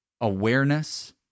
awareness